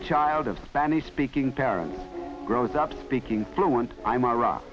a child of spanish speaking parents grows up speaking fluent iraq